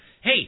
hey